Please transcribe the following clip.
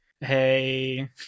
Hey